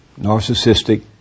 narcissistic